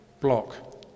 block